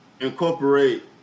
incorporate